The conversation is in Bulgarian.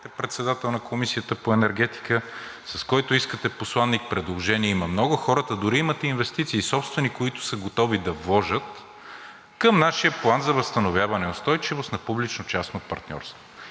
председател на Комисията по енергетика, с който искате посланик, предложения има много. Хората дори имат собствени инвестиции, които са готови да вложат към нашия План за възстановяване и устойчивост на публично-частно партньорство,